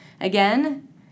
Again